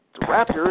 Raptors